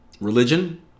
Religion